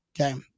okay